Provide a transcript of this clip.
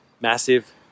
massive